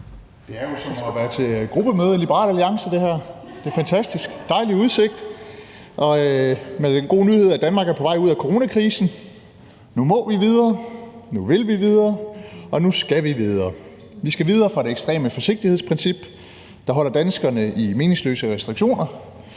Det er jo som at være til gruppemøde i Liberal Alliance – det er fantastisk; der er en dejlig udsigt. Og der er også den gode nyhed, at Danmark er på vej ud af coronakrisen. Nu må vi videre, nu vil vi videre, og nu skal vi videre. Vi skal videre fra det ekstreme forsigtighedsprincip, der holder danskerne i meningsløse restriktioner.